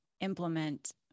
implement